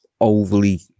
overly